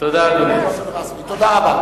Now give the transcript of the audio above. תודה, אדוני.